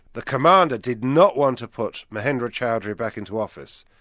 the commander did not want to put mahendra chaudry back into office.